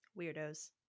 weirdos